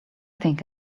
think